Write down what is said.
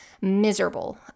miserable